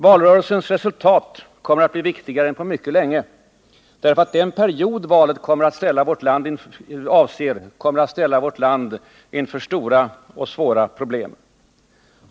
Valrörelsens resultat kommer att bli viktigare än på mycket länge, därför att den period valet avser kommer att ställa vårt land inför stora och svåra problem.